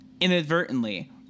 inadvertently